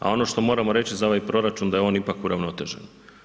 A ono što moramo reći za ovaj proračun da je on ipak uravnotežen.